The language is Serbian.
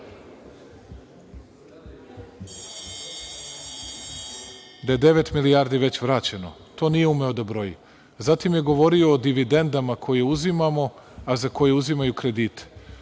da je devet milijardi već vraćeno. To nije umeo da broji. Zatim je govorio o dividendama koje uzimamo, a za koje uzimaju kredite.